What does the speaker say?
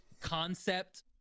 concept